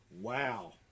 Wow